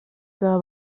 que